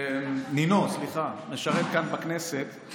נינו, סליחה, משרת כאן בכנסת,